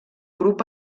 grup